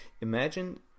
Imagine